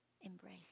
embrace